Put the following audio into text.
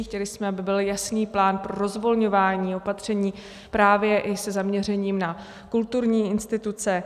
Chtěli jsme, aby byl jasný plán pro rozvolňování opatření právě i se zaměřením na kulturní instituce.